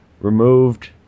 removed